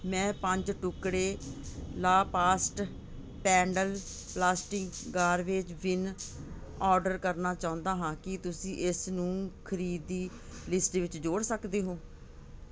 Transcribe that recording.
ਮੈਂ ਪੰਜ ਟੁਕੜੇ ਲਾਪਾਜ਼ pedal plastic garbage bin order ਕਰਨਾ ਚਾਹੁੰਦਾ ਹਾਂ ਕੀ ਤੁਸੀਂ ਇਸ ਨੂੰ ਖਰੀਦੀ ਲਿਸਟ ਵਿੱਚ ਜੋੜ ਸਕਦੇ ਹੋ